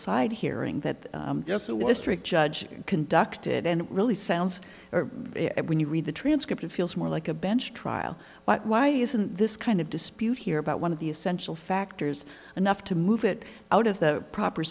side hearing that yes it was a strict judge conducted and it really sounds when you read the transcript it feels more like a bench trial but why isn't this kind of dispute here about one of the essential factors enough to move it out of the proper